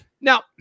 now